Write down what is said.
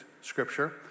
scripture